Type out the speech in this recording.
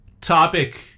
topic